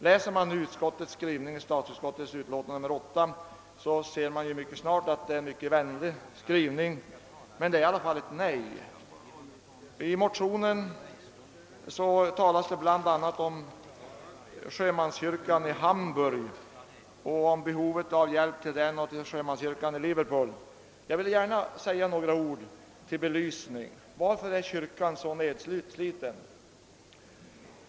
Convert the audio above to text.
Läser man utskottets skrivning i utlåtandet nr 8, finner man snart att den är vänlig men att den i alla fall leder till ett nej. I motionen talas bl.a. om behovet av att upprusta sjömanskyrkorna i Hamburg och i Liverpool, och jag skulle gärna vilja säga några ord som belysning av frågan, varför svenska sjömanskyrkan i Hamburg är så nedsliten.